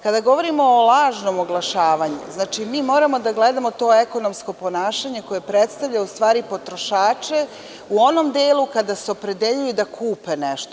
Kada govorimo o lažnom oglašavanju, mi moramo da gledamo to ekonomsko ponašanje koje predstavlja u stvari potrošače u onom delu kada se opredeljuju da kupe nešto.